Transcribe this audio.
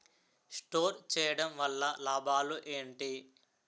Store చేయడం వల్ల లాభాలు ఏంటి?